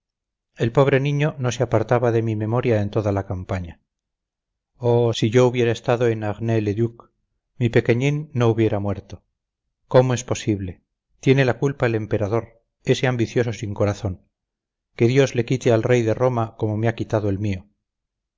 el pobre niño no se apartaba de mi memoria en toda la campaña oh si yo hubiera estado en arnay le duc mi pequeñín no hubiera muerto cómo es posible tiene la culpa el emperador ese ambicioso sin corazón que dios le quite al rey de roma como me ha quitado el mío